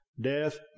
death